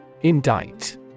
Indict